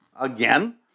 again